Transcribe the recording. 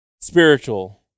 spiritual